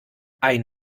ein